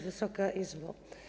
Wysoka Izbo!